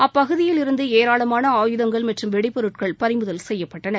அப்பகுதியில் இருந்து ஏராளமான ஆயுதங்கள் மற்றும் வெடிபொருட்கள் பறிமுதல் செய்யப்பட்டன